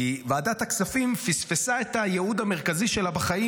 כי ועדת הכספים פספסה את הייעוד המרכזי שלה בחיים,